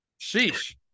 Sheesh